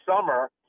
summer